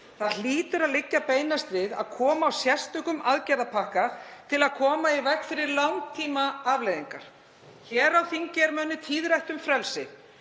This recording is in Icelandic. Það hlýtur að liggja beinast við að koma á sérstökum aðgerðapakka til að koma í veg fyrir langtímaafleiðingar. Hér á þingi verður mönnum tíðrætt um frelsi.